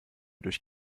durch